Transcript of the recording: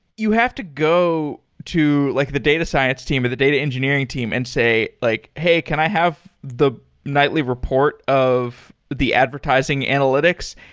you have to go to like the data science team, or the data engineering team and say like, hey, can i have the nightly report of the advertising analytics?